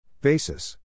Basis